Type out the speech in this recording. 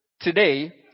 today